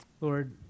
Lord